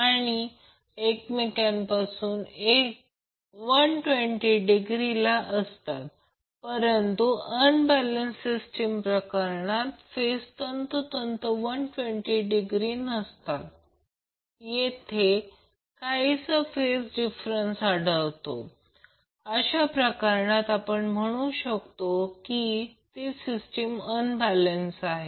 तर असे दिसेल की ही बाजू M म्हणून चिन्हांकित आहे आणि ही बाजू L म्हणून चिन्हांकित आहे M ही मेन बाजू आहे आणि एक सप्लाय बाजू आहे याला मेन म्हणतात आणि M ही लोडची बाजू आहे